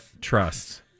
trust